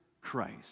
Christ